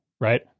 Right